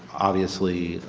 obviously,